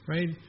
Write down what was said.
Right